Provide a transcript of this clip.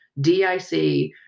DIC